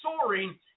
soaring